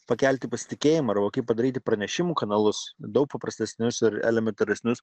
pakelti pasitikėjimą arba kaip padaryti pranešimų kanalus daug paprastesnius ir elementaresnius